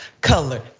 color